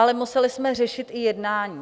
Ale museli jsme řešit i jednání.